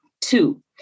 Two